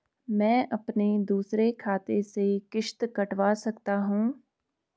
मैं अपने दूसरे खाते से किश्त कटवा सकता हूँ?